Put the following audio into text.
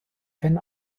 wenn